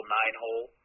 nine-hole